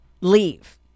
Leave